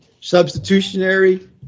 Substitutionary